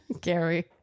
Gary